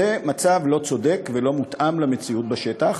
זה מצב לא צודק ולא מותאם למציאות בשטח.